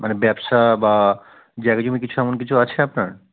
মানে ব্যবসা বা জায়গা জমি কিছু এমন কিছু আছে আপনার